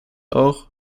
auch